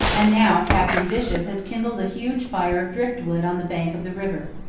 and now captain bishop has kindled a huge fire of driftwood on the bank of the river.